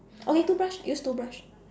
okay toothbrush use toothbrush